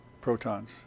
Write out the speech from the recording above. protons